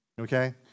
Okay